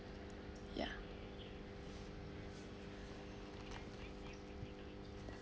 ya